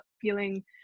feeling